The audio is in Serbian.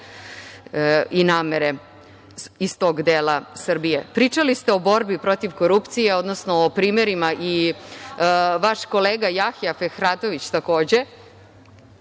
i namere iz tog dela Srbije. Pričali ste o borbi protiv korupcije, odnosno o primerima, i vaš kolega Jahja Fehratović, takođe,